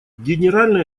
генеральной